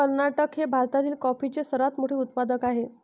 कर्नाटक हे भारतातील कॉफीचे सर्वात मोठे उत्पादक आहे